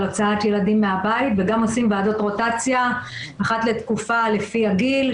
הוצאת ילדים מהבית וגם עושים ועדות רוטציה אחת לתקופה לפי הגיל,